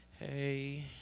Hey